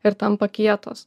ir tampa kietos